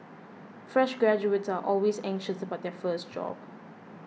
fresh graduates are always anxious about their first job